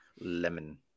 Lemon